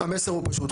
המסר הוא פשוט,